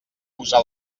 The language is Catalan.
usa